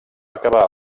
acabar